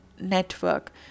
network